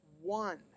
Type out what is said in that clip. one